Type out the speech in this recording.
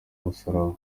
musaraba